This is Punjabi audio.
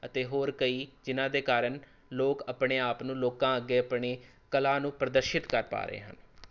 ਅਤੇ ਹੋਰ ਕਈ ਜਿਨ੍ਹਾਂ ਦੇ ਕਾਰਨ ਲੋਕ ਆਪਣੇ ਆਪ ਨੂੰ ਲੋਕਾਂ ਅੱਗੇ ਆਪਣੀ ਕਲਾ ਨੂੰ ਪ੍ਰਦਰਸ਼ਿਤ ਕਰ ਪਾ ਰਹੇ ਹਨ